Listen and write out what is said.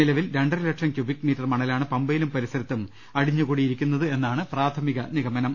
നില വിൽ രണ്ടര ലക്ഷം ക്യൂബിക് മീറ്റർ മണലാണ് പമ്പ യിലും പരിസരത്തും അടിഞ്ഞ് കൂടിയിരിക്കുന്നത് എന്നാണ് പ്രാഥമിക നിഗമനം